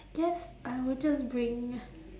I guess I will just bring